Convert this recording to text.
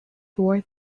worth